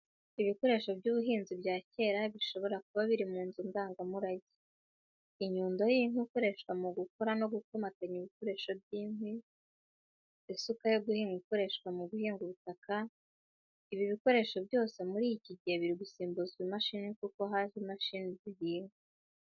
Ibikoresho by’ubuhinzi bya kera, bishobora kuba biri mu nzu ndangamurage. Inyundo y’inkwi ikoreshwa mu gukora no gukomatanya ibikoresho by’inkwi. Isuka yo guhinga ikoreshwa mu guhinga ubutaka. Ibi bikoresho byose muri iki gihe biri gusimbuzwa imashini kuko ubu haje imashini zihinga.